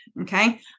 Okay